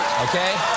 Okay